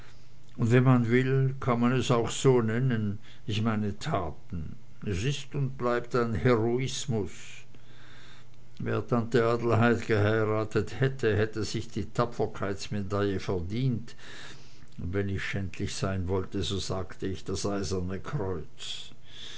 und wenn man will kann man es auch so nennen ich meine taten es ist und bleibt ein heroismus wer tante adelheid geheiratet hätte hätte sich die tapferkeitsmedaille verdient und wenn ich schändlich sein wollte so sagte ich das eiserne kreuz